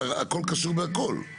הכול קשור בכל.